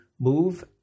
move